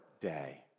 day